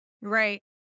Right